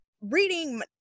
reading